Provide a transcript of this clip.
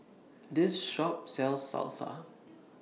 This Shop sells Salsa